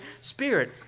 Spirit